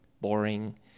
boring